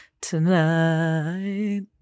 tonight